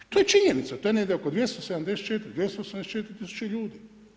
To je činjenica, to je negdje oko 274 tisuće ljudi.